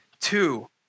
Two